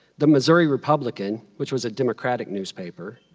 the missouri republican, which was a democratic newspaper,